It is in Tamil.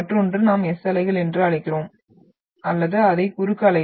மற்றொன்று நாம் S அலைகள் என்று அழைக்கிறோம் அல்லது அதை குறுக்கு அலைகள்